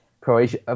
Croatia –